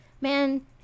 Man